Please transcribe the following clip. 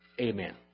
Amen